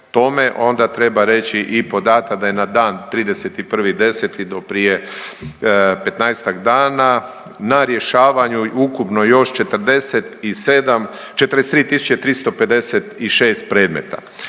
onda treba reći i podatak da je na dan 31.10. do prije 15-ak dana na rješavanju ukupno još 47, 43.356 predmeta.